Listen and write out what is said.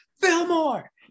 Fillmore